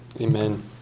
Amen